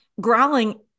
growling